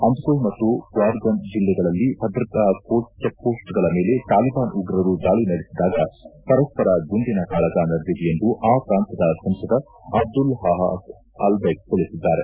ಅಂದ್ಕೋಯ್ ಮತ್ತು ಕ್ವಾರ್ಗನ್ ಜಿಲ್ಲೆಗಳಲ್ಲಿ ಭದ್ರತಾ ಜೆಕ್ಮೋಸ್ಟ್ಗಳ ಮೇಲೆ ತಾಲಿಬಾನ್ ಉಗ್ರರು ದಾಳಿ ನಡೆಸಿದಾಗ ಪರಸ್ಪರ ಗುಂಡಿನ ಕಾಳಗ ನಡೆದಿದೆ ಎಂದು ಆ ಪ್ರಾಂತ್ಲದ ಸಂಸದ ಅಬ್ಲುಲ್ ಅಹಾದ್ ಅಲ್ಬೆಗ್ ತಿಳಿಸಿದ್ದಾರೆ